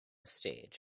stage